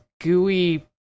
gooey